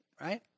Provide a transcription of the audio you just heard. Right